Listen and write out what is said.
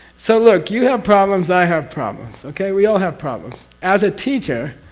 so look, you have problems, i have problems okay? we all have problems. as a teacher.